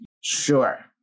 Sure